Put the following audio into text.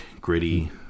gritty